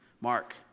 Mark